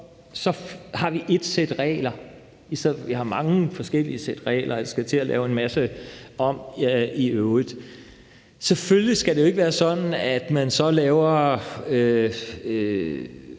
regler, i stedet for at vi har mange forskellige sæt regler og i øvrigt skal til at lave en masse om. Selvfølgelig skal det jo ikke være sådan, at man så laver